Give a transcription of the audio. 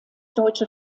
deutsche